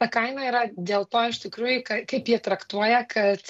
ta kaina yra dėl to iš tikrųjų kaip jie traktuoja kad